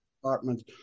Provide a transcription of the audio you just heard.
department